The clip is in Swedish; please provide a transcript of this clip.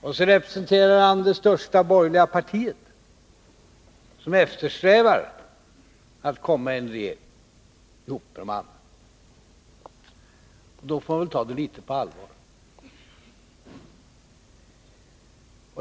Och han representerar ändå det största borgerliga partiet, som eftersträvar att komma i en regering ihop med de andra. Då får man ju ta vad han säger litet på allvar.